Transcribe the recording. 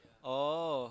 oh